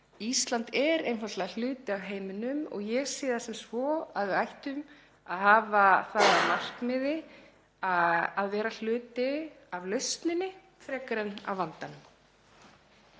Ísland er einfaldlega hluti af heiminum og ég sé það sem svo að við ættum að hafa það að markmiði að vera hluti af lausninni frekar en af vandanum.